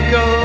go